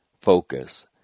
focus